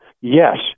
Yes